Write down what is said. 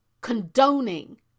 condoning